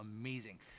amazing